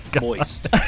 Moist